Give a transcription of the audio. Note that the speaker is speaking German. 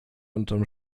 unterm